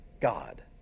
God